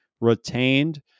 retained